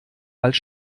als